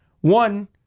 One